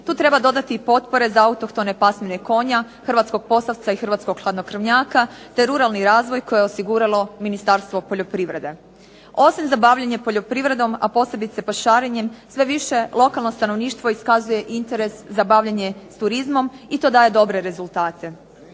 Tu treba dodati i potpore za autohtone pasmine konja, hrvatskog posavca i hrvatskog hladnokrvnjaka te ruralni razvoj koji je osiguralo Ministarstvo poljoprivrede. Osim za bavljenje poljoprivredom, a posebice pašarenjem sve više lokalno stanovništvo iskazuje interes za bavljenje turizmom i to daje dobre rezultate.